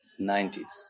90s